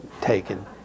taken